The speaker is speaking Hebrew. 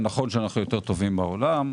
נכון שאנחנו יותר טובים מהעולם,